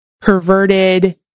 perverted